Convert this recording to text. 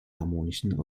harmonischen